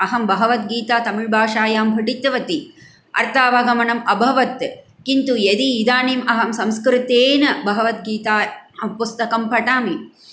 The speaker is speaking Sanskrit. अहं भगवद्गीता तमिल् भाषायां पठितवती अर्थावगमनम् अभवत् किन्तु यदि इदानीम् अहं संस्कृतेन भगवद्गीता पुस्तकं पठामि